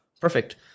perfect